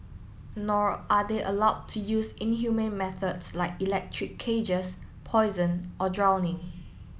nor are they allowed to use inhumane methods like electric cages poison or drowning